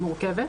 מורכבת.